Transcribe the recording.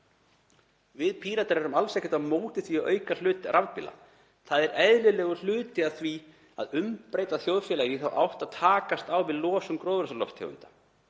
Við Píratar erum alls ekkert á móti því að auka hlut rafbíla. Það er eðlilegur hluti af því að umbreyta þjóðfélaginu í þá átt að takast á við losun gróðurhúsalofttegunda.